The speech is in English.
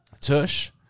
Tush